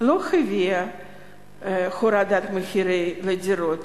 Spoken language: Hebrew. לא הביאה להורדת מחירי הדירות